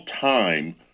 time